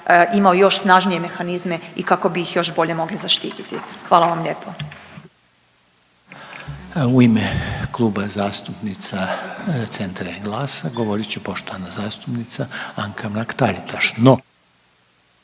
imao još snažnije mehanizme i kako bi ih još bolje mogli zaštititi. Hvala vam lijepo.